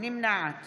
נמנעת